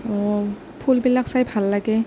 ফুলবিলাক চাই ভাল লাগে